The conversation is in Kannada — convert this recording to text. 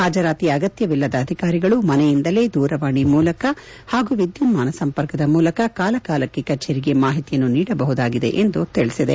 ಹಾಜರಾತಿ ಅಗತ್ಪವಿಲ್ಲದ ಅಧಿಕಾರಿಗಳು ಮನೆಯಿಂದಲೇ ದೂರವಾಣಿ ಮೂಲಕ ಹಾಗೂ ವಿದ್ನುನ್ನಾನ ಸಂಪರ್ಕದ ಮೂಲಕ ಕಾಲಕಾಲಕ್ಕೆ ಕಚೇರಿಗೆ ಮಾಹಿತಿಯನ್ನು ನೀಡಬಹುದಾಗಿದೆ ಎಂದು ತಿಳಿಸಿದೆ